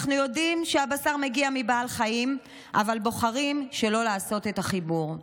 אנחנו יודעים שהבשר מגיע מבעל חיים אבל בוחרים שלא לעשות את החיבור,